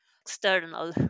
external